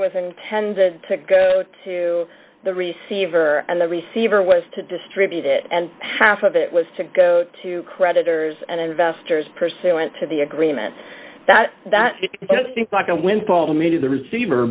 was intended to go to the receiver and the receiver was to distribute it and half of it was to go to creditors and investors pursuant to the agreement that that think like a windfall to me to the receiver